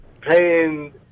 paying –